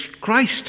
Christ